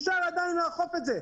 אפשר עדיין לעשות את זה.